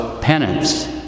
Penance